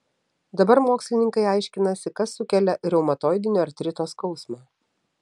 dabar mokslininkai aiškinasi kas sukelia reumatoidinio artrito skausmą